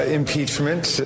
impeachment